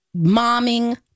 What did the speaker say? momming